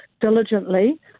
diligently